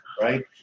right